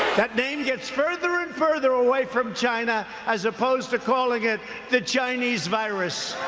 that name gets further and further away from china, as opposed to calling it the chinese virus.